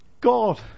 God